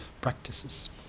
practices